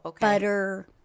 butter